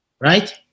right